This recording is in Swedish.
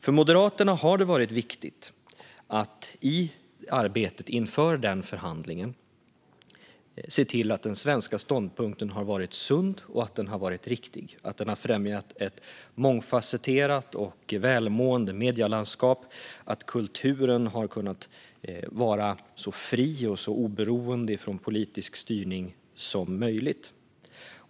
För Moderaterna har det i arbetet inför den förhandlingen varit viktigt att se till att den svenska ståndpunkten har varit sund och riktig, att den har främjat ett mångfacetterat och välmående medielandskap och att kulturen har kunnat vara så fri och oberoende av politisk styrning som möjligt.